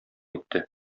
итте